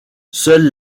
seule